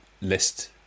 list